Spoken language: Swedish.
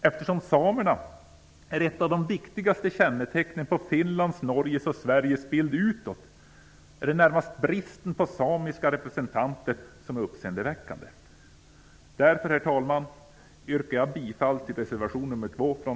Eftersom samerna är ett av de viktigaste kännetecknen vad gäller Finlands, Norges och Sveriges bild utåt är det närmast bristen på samiska representanter som är uppseendeväckande. Därför, herr talman, yrkar jag bifall till reservation nr 2 från